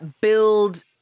build